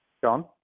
John